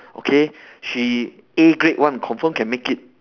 okay she A grade one confirm can make it